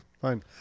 fine